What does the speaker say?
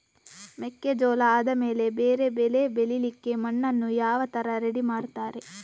ಮೆಕ್ಕೆಜೋಳ ಆದಮೇಲೆ ಬೇರೆ ಬೆಳೆ ಬೆಳಿಲಿಕ್ಕೆ ಮಣ್ಣನ್ನು ಯಾವ ತರ ರೆಡಿ ಮಾಡ್ತಾರೆ?